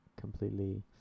completely